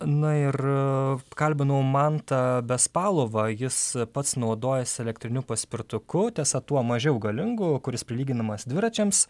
na ir kalbinau mantą bespalovą jis pats naudojasi elektriniu paspirtuku tiesa tuo mažiau galingu kuris prilyginamas dviračiams